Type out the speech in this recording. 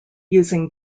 use